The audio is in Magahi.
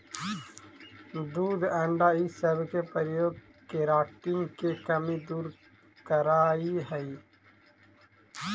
दूध अण्डा इ सब के प्रयोग केराटिन के कमी दूर करऽ हई